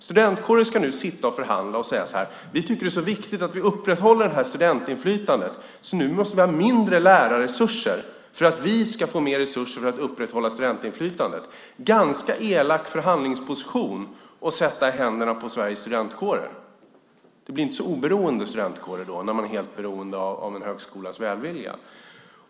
Studentkårer ska nu sitta och förhandla och säga så här: Vi tycker att det är så viktigt att vi upprätthåller det här studentinflytandet, så nu måste vi ha mindre lärarresurser för att vi ska få mer resurser för att upprätthålla studentinflytandet. Det är en ganska elak förhandlingsposition att sätta i händerna på Sveriges studentkårer. Det blir inte så oberoende studentkårer när de är helt beroende av en högskolas välvilja.